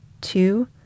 two